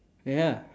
ya